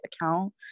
account